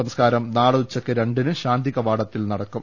സംസ്കാരം നാളെ ഉച്ചയ്ക്ക് രണ്ടിന് ശാന്തികവാടത്തിൽ നടക്കും